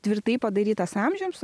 tvirtai padarytas amžiams